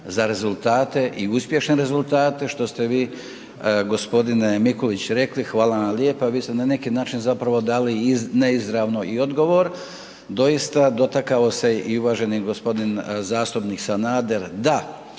za rezultate i uspješne rezultate što ste vi gospodine Mikulić rekli. Hvala vam lijepa. Vi ste na neki način zapravo dali neizravno i odgovor, doista dotakao se i uvaženi gospodin zastupnik Sanader da,